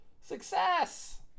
Success